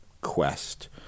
quest